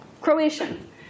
Croatian